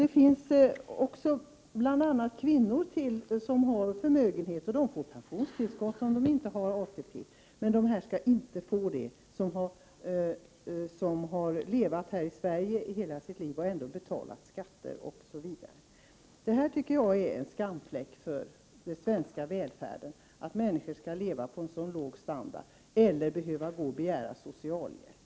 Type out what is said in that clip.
Det finns kvinnor som har förmögenhet, och de får pensionstillskott om de inte har ATP, men undantagandepensionärerna skall inte få det! De har ändå levt hela sitt liv i Sverige och betalat skatt här. Det är en skamfläck på den svenska välfärden att människor skall leva på så låg standard eller behöva begära socialhjälp.